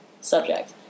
subject